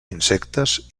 insectes